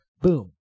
Boom